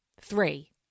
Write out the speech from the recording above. Three